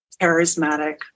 charismatic